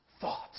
thoughts